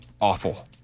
awful